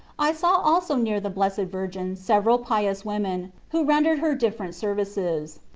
i saw also near the blessed virgin several pious women, who rendered her different services.